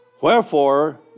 Wherefore